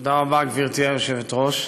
תודה רבה, גברתי היושבת-ראש.